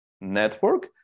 network